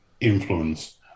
influence